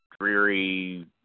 dreary